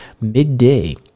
midday